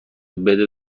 بده